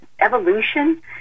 evolution